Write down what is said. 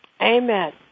Amen